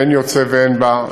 אין יוצא ואין בא,